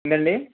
ఏంటి అండి